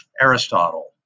Aristotle